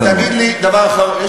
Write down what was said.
תגיד לי דבר אחרון, חבר הכנסת סולומון.